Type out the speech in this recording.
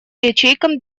ячейкам